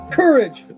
courage